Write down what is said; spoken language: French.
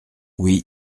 oui